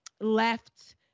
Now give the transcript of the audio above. left